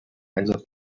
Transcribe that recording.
einsatz